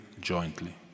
jointly